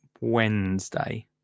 Wednesday